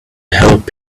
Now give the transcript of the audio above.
help